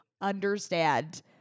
understand